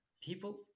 people